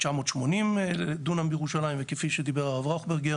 980 דונם בירושלים, וכפי שדיבר הרב ראוכברגר